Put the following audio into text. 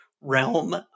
realm